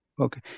Okay